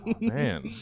Man